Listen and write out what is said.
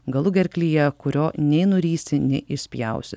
galugerklyje kurio nei nurysi nei išspjausi